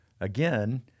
Again